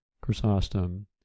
Chrysostom